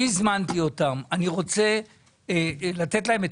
אני הזמנתי אותם ואני רוצה לתת להם את